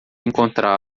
encontrá